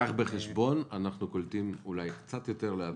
קח בחשבון שאנחנו קולטים אולי קצת יותר לאט